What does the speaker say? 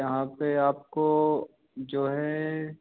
यहाँ पर आपको जो है